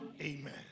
Amen